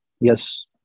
Yes